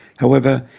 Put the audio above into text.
however,